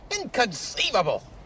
Inconceivable